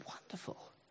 wonderful